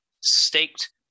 staked